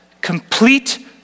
complete